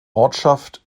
ortschaft